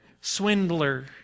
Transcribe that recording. swindler